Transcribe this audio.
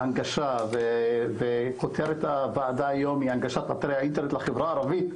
הנגשה וכותרת הוועדה היום היא הנגשת אתרי האינטרנט לחברה הערבית,